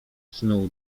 snuł